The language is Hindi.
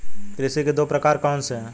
कृषि के दो प्रकार कौन से हैं?